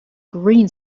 green